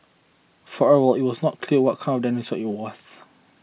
for a while it was not clear what kind of dinosaur it was